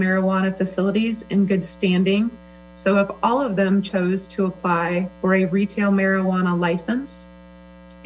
marijuana facilities in good standing so of all of them chose to apply for a retail marijuana license